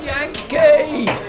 Yankee